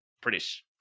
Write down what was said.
British